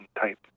type